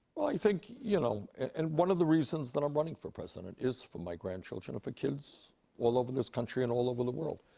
i think, you know and one of the reasons that i'm running for president is for my grandchildren and for kids all over this country and all over the world.